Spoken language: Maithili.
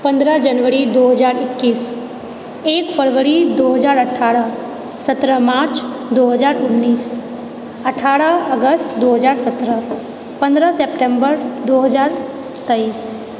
पन्द्रह जनवरी दू हजार एकैस एक फरवरी दू हजार अठारह सत्रह मार्च दू हजार उन्नैस अठारह अगस्त दू हजार सत्रह पन्द्रह सेप्टेम्बर दू हजार तेइस